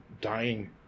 dying